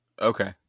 Okay